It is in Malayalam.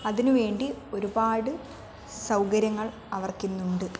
അതിനുവേണ്ടി ഒരുപാട് സൗകര്യങ്ങൾ അവർക്കിന്നുണ്ട്